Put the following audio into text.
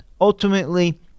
ultimately